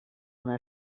una